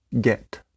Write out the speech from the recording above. get